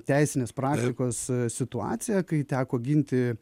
teisinės praktikos situacija kai teko ginti